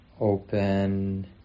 open